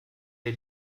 der